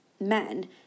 men